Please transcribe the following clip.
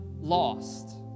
lost